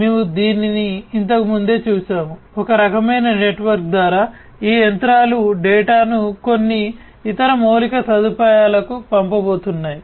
మేము దీనిని ఇంతకు ముందే చూశాము ఒక రకమైన నెట్వర్క్ ద్వారా ఈ యంత్రాలు డేటాను కొన్ని ఇతర మౌలిక సదుపాయాలకు పంపబోతున్నాయి